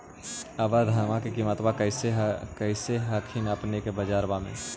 अबर धानमा के किमत्बा कैसन हखिन अपने के बजरबा में?